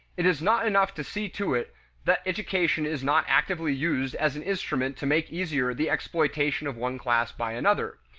it is not enough to see to it that education is not actively used as an instrument to make easier the exploitation of one class by another.